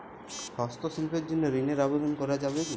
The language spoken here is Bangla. হস্তশিল্পের জন্য ঋনের আবেদন করা যাবে কি?